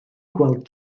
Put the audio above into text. gweld